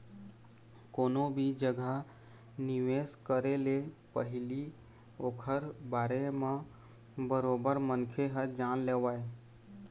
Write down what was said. कोनो भी जघा निवेश करे ले पहिली ओखर बारे म बरोबर मनखे ह जान लेवय